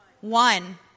one